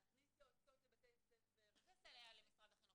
להכניס יועצות לבתי הספר --- מה זה לסייע למשרד החינוך?